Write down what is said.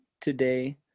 today